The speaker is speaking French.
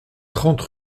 trente